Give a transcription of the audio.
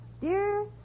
dear